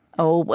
oh,